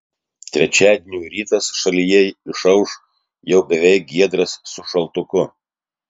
trečiadienio rytas šalyje išauš jau beveik giedras su šaltuku